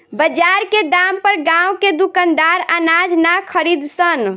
बजार के दाम पर गांव के दुकानदार अनाज ना खरीद सन